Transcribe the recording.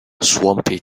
swampy